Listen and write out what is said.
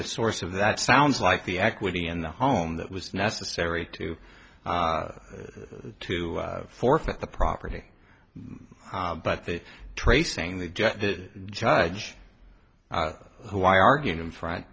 the source of that sounds like the equity in the home that was necessary to to forfeit the property but the tracing the judge the judge who i argued in front